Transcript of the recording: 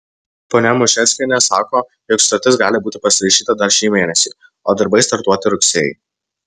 ponia mušeckienė sako jog sutartis gali būti pasirašyta dar šį mėnesį o darbai startuoti rugsėjį